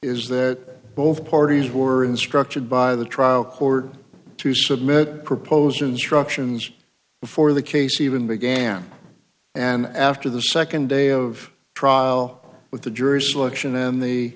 is that both parties were instructed by the trial court to submit a proposal instructions before the case even began and after the nd day of trial with the jury selection and the